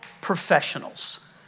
professionals